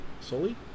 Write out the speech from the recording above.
Sully